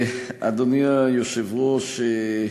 אדוני היושב-ראש,